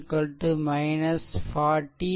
v2 40 v3